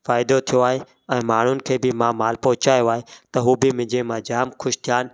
फ़ाइदो थियो आहे ऐं माण्हुनि खे बि मां मालु पहुचायो आहे त हू बि मुंहिंजे मां जामु ख़ुशि थिया आहिनि